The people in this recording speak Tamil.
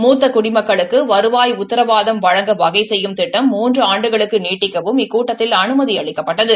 மூத்த குடிமக்களுக்கு வருவாய் உத்தரவாதம் வழங்க வகை செய்யும் திட்டம் மூன்று ஆண்டுகளுக்கு நீட்டிக்கவும் இக்கூட்டத்தில் அனுமதி அளிக்கப்பட்டது